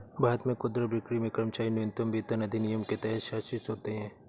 भारत में खुदरा बिक्री में कर्मचारी न्यूनतम वेतन अधिनियम के तहत शासित होते है